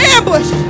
Ambush